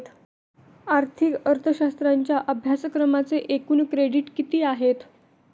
आर्थिक अर्थशास्त्राच्या अभ्यासक्रमाचे एकूण क्रेडिट किती आहेत?